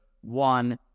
one